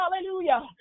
Hallelujah